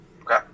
Okay